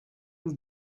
une